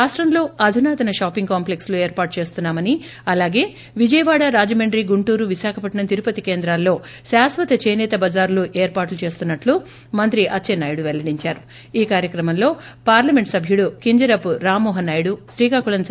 రాష్టంలో అధునాతన shopping complex లు ఏర్పాటు చేస్తున్నామని అలాగే విజయవాడ రాజమండ్రి గుంటూరు విశాఖపట్సం తిరుపతి కేంద్రాల్లో శాశ్వత చేసేత బజారులు ఏర్పాటు చేస్తున్నట్లు మంత్రి అచ్చెంనాయుడు ఈ కార్యక్రమంలో పార్లమెంట్ సభ్యుడు కింజరాపు రామ్మోహన్ నాయుడు శ్రీకాకుళం పెల్లడించారు